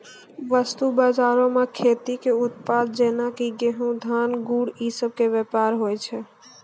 वस्तु बजारो मे खेती के उत्पाद जेना कि गहुँम, धान, गुड़ इ सभ के व्यापार होय छै